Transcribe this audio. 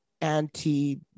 anti